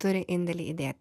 turi indėlį įdėti